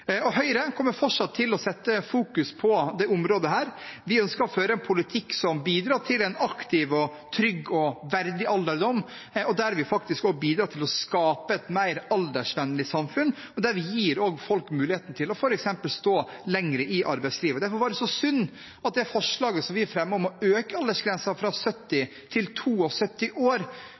Høyre kommer fortsatt til å sette fokus på dette området. Vi ønsker å føre en politikk som bidrar til en aktiv, trygg og verdig alderdom, og der vi faktisk bidrar til å skape et mer aldersvennlig samfunn og gir folk muligheten til f.eks. å stå lenger i arbeidslivet. Derfor var det så synd at det forslaget som vi fremmet om å øke aldersgrensen fra 70 til 72 år